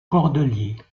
cordeliers